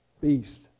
beast